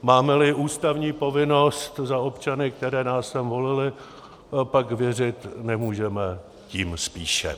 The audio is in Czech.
Mámeli ústavní povinnost za občany, kteří nás sem volili, pak věřit nemůžeme tím spíše.